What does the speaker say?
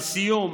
לסיום,